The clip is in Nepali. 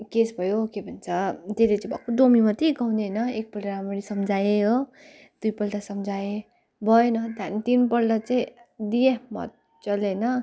केस भयो के भन्छ त्यसले चाहिँ भक्कु डोमी मात्रै गाउने होइन एकपल्ट मैले सम्झाएँ हो दुईपल्ट सम्झाएँ भएन त्यहाँदेखि तिनपल्ट चाहिँ दिएँ मजाले होइन